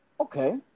Okay